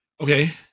Okay